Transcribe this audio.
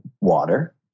Water